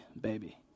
baby